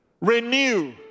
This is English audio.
Renew